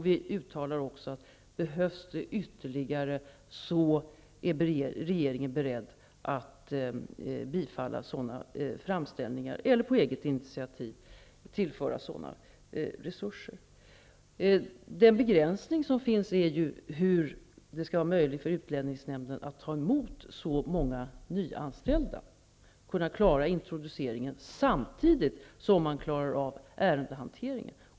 Vi uttalar också att om det behövs ytterligare tjänster, är regeringen beredd att bifalla sådana framställningar eller ta egna initiativ för att tillföra sådana resurser. Den begränsning som finns är hur det skall vara möjligt för utlänningsnämnden att ta emot så många nyanställda och klara introduceringen av dem, samtidigt som man klarar av ärendehanteringen.